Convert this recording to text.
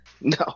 No